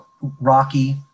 rocky